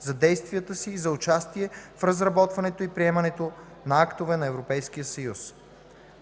за действията си за участие в разработването и приемането на актове на Европейския съюз.